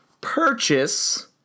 purchase